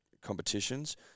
competitions